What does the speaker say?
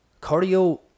Cardio